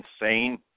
insane